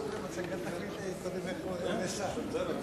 בהחלט.